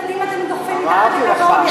40,000 ילדים אתם דוחפים מתחת לקו העוני.